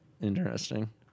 Interesting